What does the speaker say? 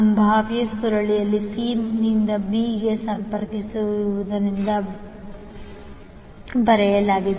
ಸಂಭಾವ್ಯ ಸುರುಳಿಯನ್ನು c ನಿಂದ b ಗೆ ಸಂಪರ್ಕಿಸಿರುವುದರಿಂದ ಬರೆಯಲಾಗಿದೆ